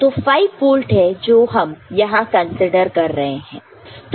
तो 5 वोल्ट है जो हम यहां कंसीडर कर रहे हैं